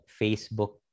Facebook